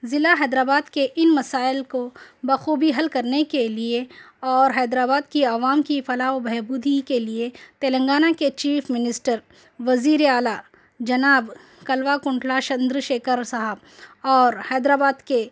ضلع حیدرآباد کے اِن مسائل کو بخوبی حل کرنے کے لیے اور حیدرآباد کی عوام کی فلاح و بہبودی کے لیے تلنگانہ کے چیف منسٹر وزیرِ اعلیٰ جناب کلوا کنٹلا چندر شیکھر صاحب اور حیدرآباد کے